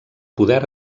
poder